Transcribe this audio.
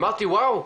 אמרתי וואו,